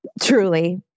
Truly